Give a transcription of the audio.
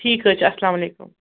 ٹھیٖک حظ چھُ السلامُ علیکُم